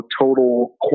total